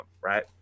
right